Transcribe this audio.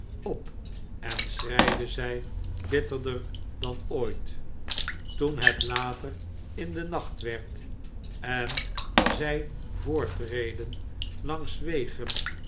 cp en schreide zij bitterder dan ook toen het later in den nacht werd en zij voortreden langs wegen